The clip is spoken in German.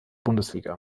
bundesliga